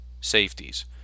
safeties